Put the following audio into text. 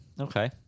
okay